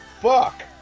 Fuck